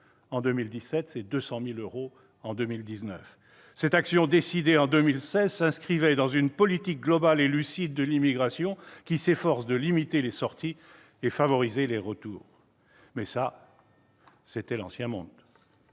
en 2017 à 200 000 euros en 2019. Cette action, décidée en 2016, s'inscrivait dans une politique globale et lucide de l'immigration, s'efforçant de limiter les sorties et de favoriser les retours. Mais c'était l'ancien monde